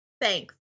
Thanks